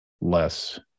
less